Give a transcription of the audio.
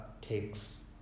takes